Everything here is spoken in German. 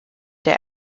der